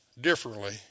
differently